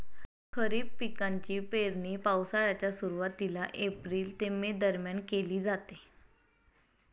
खरीप पिकांची पेरणी पावसाळ्याच्या सुरुवातीला एप्रिल ते मे दरम्यान केली जाते